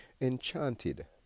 Enchanted